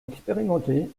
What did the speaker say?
expérimenté